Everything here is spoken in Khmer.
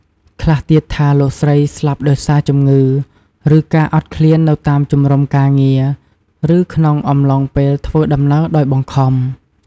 ខ្លះទៀតថា លោកស្រីស្លាប់ដោយសារជំងឺ ឬការអត់ឃ្លាននៅតាមជំរុំការងារ ឬក្នុងអំឡុងពេលធ្វើដំណើរដោយបង្ខំ។